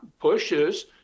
pushes